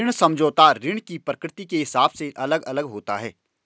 ऋण समझौता ऋण की प्रकृति के हिसाब से अलग अलग होता है